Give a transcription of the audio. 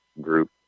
group